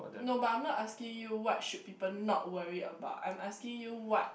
no but I'm not asking you what should people not worry about I'm asking you what